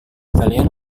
kalian